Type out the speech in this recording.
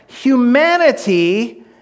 Humanity